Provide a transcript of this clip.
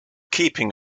keeping